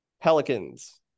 Pelicans